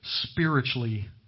spiritually